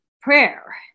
prayer